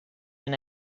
been